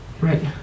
Right